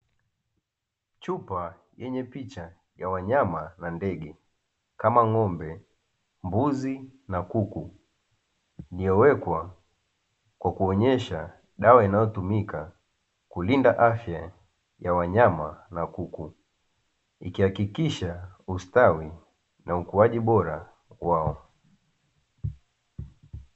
Chupa yenye picha ya wanyama na ndege kama ng'ombe mbuzi na kuku, iliyowekwa kuonyesha dawa inayotumika kulinda afya ya wanyama na kuku ikihakikisha ustawi na ukuaji bora wao.